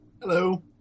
Hello